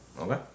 Okay